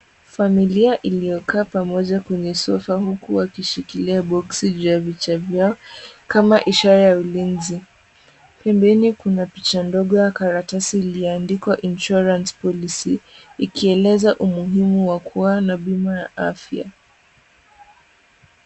Familia iliyokaa pamoja kwenye sofa huku wakishikilia boksi juu ya vichwa vyao, kama ishara ya ulinzi. Pembeni kuna picha ndogo ya karatasi, iliyoandikwa Insurance Policy , ikieleza umuhimu wa kuwa na bima ya afya.